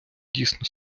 дійсно